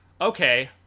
okay